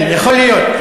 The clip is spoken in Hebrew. יכול להיות.